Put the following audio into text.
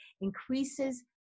increases